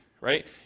right